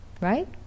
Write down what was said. Right